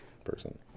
person